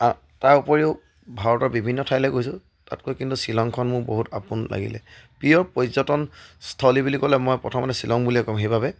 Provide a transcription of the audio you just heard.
তাৰ উপৰিও ভাৰতৰ বিভিন্ন ঠাইলৈ গৈছোঁ তাতকৈ কিন্তু শ্বিলংখন মোৰ বহুত আপোন লাগিলে প্ৰিয় পৰ্যটনস্থলী বুলি ক'লে মই প্ৰথমতে শ্বিলং বুলিয়েই ক'ম সেইবাবে